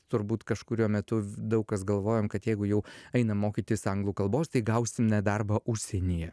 turbūt kažkuriuo metu daug kas galvojom kad jeigu jau einam mokytis anglų kalbos tai gausime darbą užsienyje